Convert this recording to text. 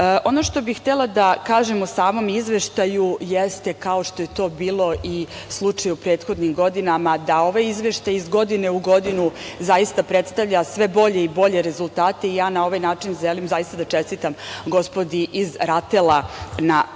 što bih htela da kažem o samom izveštaju jeste, kao što je to bilo i slučaj u prethodnim godinama, da ovaj izveštaj iz godine u godinu zaista predstavlja sve bolje i bolje rezultate i ja na ovaj način želim zaista da čestitam gospodi iz RATEL-a na tome,